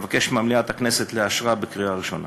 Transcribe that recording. ואבקש ממליאת הכנסת לאשרה בקריאה ראשונה.